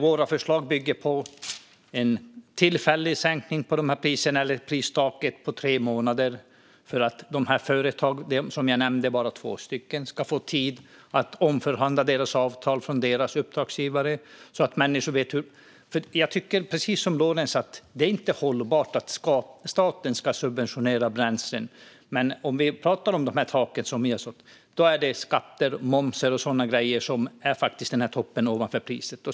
Våra förslag bygger på en tillfällig sänkning av priserna eller ett pristak under tre månader för att dessa företag - jag nämnde bara två stycken - ska få tid att omförhandla sina avtal med sina uppdragsgivare. Jag tycker, precis som Lorentz, att det inte är hållbart att staten subventionerar bränslen. Men när vi pratar om det här taket är det faktiskt skatter, moms och sådana grejer som utgör toppen ovanpå priset.